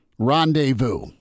Rendezvous